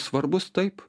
svarbus taip